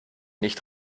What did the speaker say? nicht